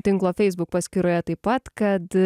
tinklo facebook paskyroje taip pat kad